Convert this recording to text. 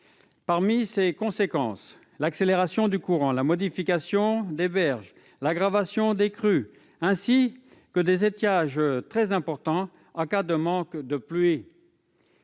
Parmi ces conséquences, on relève l'accélération du courant, la modification des berges, l'aggravation des crues, ainsi que des étiages très importants en cas de manque de pluie.